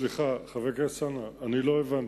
סליחה, חבר הכנסת אלסאנע, אני לא הבנתי.